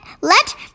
let